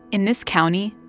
in this county,